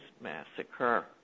massacre